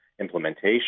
implementation